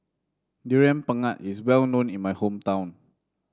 Durian Pengat is well known in my hometown